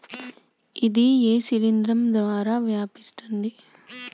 ఇది ఏ శిలింద్రం ద్వారా వ్యాపిస్తది?